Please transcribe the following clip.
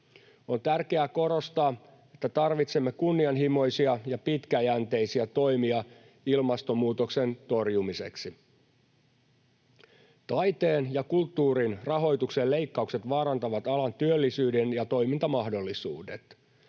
On tärkeää korostaa, että tarvitsemme kunnianhimoisia ja pitkäjänteisiä toimia ilmastonmuutoksen torjumiseksi. Taiteen ja kulttuurin rahoituksen leikkaukset vaarantavat alan työllisyyden ja toimintamahdollisuudet.